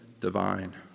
divine